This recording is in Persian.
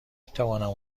میتوانم